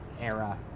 era